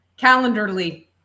Calendarly